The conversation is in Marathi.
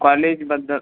कॉलेजबद्दल